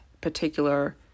particular